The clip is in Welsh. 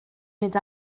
nid